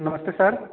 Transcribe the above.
नमस्ते सर